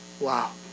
wow